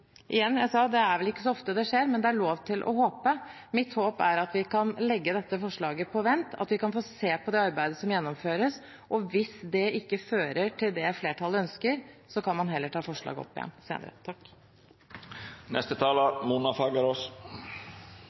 Igjen: Det er vel ikke så ofte det skjer, men det er lov å håpe. Mitt håp er at vi kan legge dette forslaget på vent, at vi kan få se på det arbeidet som gjennomføres. Hvis det ikke fører til det flertallet ønsker, kan man heller ta forslaget opp igjen senere.